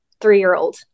three-year-old